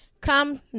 come